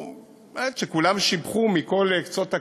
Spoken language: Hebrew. האמת, כשכולם שיבחו את הפעילות, מכל קצות הקשת,